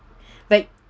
like